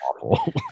awful